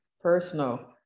personal